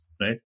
right